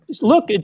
Look